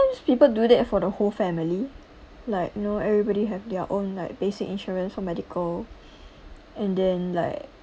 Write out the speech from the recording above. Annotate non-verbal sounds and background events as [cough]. people do that for the whole family like you know everybody have their own like basic insurance for medical [breath] and then like